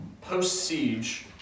Post-siege